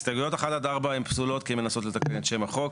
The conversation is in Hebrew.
הסתייגות 1 עד 4 הן פסולות כי הן מנסות לתקן את שם החוק.